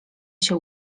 się